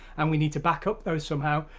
and we need to back up those somehow,